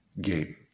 game